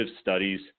studies